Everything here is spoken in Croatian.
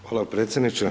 Hvala predsjedniče.